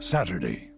Saturday